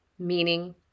meaning